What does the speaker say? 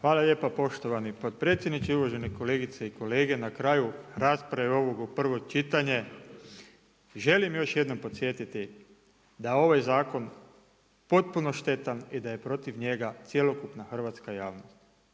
Hvala lijepa poštovani potpredsjedniče. Uvažene kolegice i kolege. Na kraju rasprave ovog u prvo čitanje, želim još jednom podsjetiti da je ovaj zakon potpuno štetan i da je protiv njega cjelokupna hrvatska javnost.